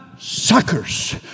Suckers